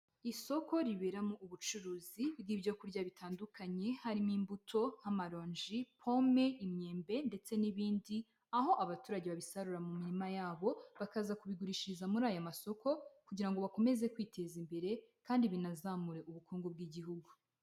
Isoko riberamo ubucuruzi bw'ibyo kurya bitandukanye harimo imbuto, amaronji, pome, imyembe ndetse n'ibindi, aho abaturage babisarura mu mirima yabo bakaza kubigurishiriza muri aya masoko kugira ngo bakomeze kwiteza imbere kandi binazamure ubukungu bw'Igihugu.